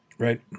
Right